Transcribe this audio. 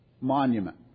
monument